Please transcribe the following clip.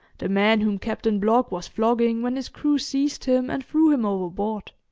the man whom captain blogg was flogging when his crew seized him and threw him overboard.